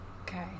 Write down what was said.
Okay